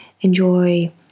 enjoy